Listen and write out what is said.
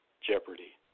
jeopardy